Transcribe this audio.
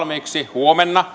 huomenna